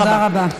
תודה רבה.